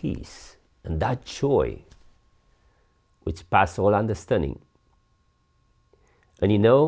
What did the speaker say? peace and that choice which passes all understanding and you know